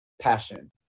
passion